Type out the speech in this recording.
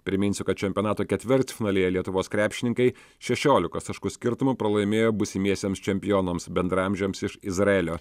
priminsiu kad čempionato ketvirtfinalyje lietuvos krepšininkai šešiolikos taškų skirtumu pralaimėjo būsimiesiems čempionams bendraamžiams iš izraelio